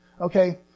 Okay